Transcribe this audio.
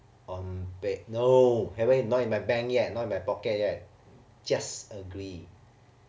on pa~ no haven't even in my bank yet not in my pocket yet just agree